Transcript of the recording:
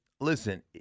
listen